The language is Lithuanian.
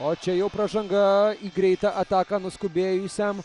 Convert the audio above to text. o čia jau pražanga į greitą ataką nuskubėjusiam